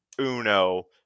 Uno